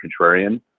contrarian